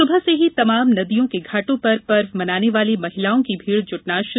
सुबह से ही तमाम नदियों के घाटों पर पर्व मनाने वाली महिलाओं की भीड़ जुटना शुरू हो गयी